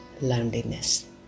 loneliness